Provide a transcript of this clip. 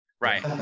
Right